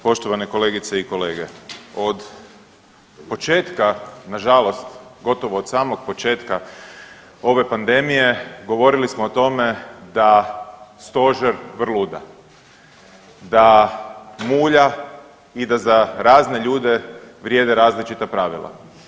Poštovane kolegice i kolege, od početka, nažalost gotovo od samog početka ove pandemije govorili smo o tome da Stožer vrluda, da mulja i da za razne ljude vrijede različita pravila.